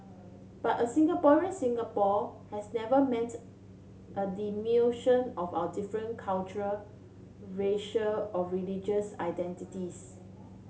but a Singaporean Singapore has never meant a diminution of our different cultural racial or religious identities